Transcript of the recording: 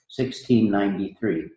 1693